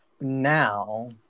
now